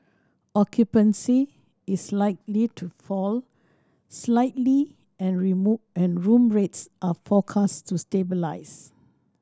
occupancy is likely to fall slightly and and room rates are forecast to stabilize